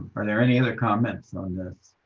are there any other comments on this?